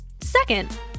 Second